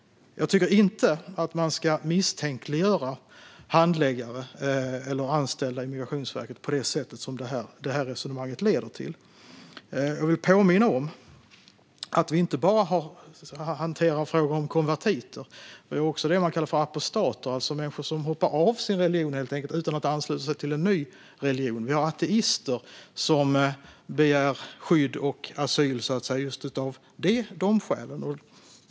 Jag tycker inte att man ska misstänkliggöra handläggare eller anställda inom Migrationsverket på det sätt som detta resonemang leder till. Jag vill påminna om att vi inte bara har att hantera frågor om konvertiter. Det finns också så kallade apostater, det vill säga människor som helt enkelt hoppar av sin religion utan att ansluta sig till någon ny religion. Det finns ateister som begär skydd och asyl av just detta skäl.